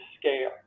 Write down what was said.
scale